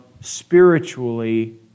spiritually